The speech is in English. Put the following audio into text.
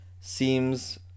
seems